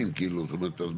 שנמצא.